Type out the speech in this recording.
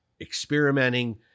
experimenting